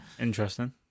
Interesting